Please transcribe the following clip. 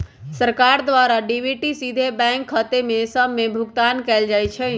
सरकार द्वारा डी.बी.टी सीधे बैंक खते सभ में भुगतान कयल जाइ छइ